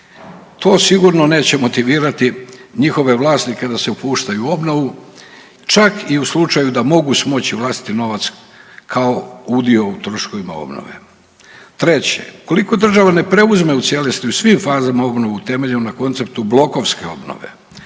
To sigurno neće motivirati njihove vlasnike da se upuštaju u obnovu, čak i u slučaju da mogu smoći vlastiti novac kao udio u troškovima obnove. Treće, ukoliko država ne preuzme u cijelosti u svim fazama obnovu temeljen na konceptu blokovske obnove,